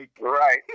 Right